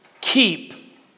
keep